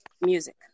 music